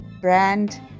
brand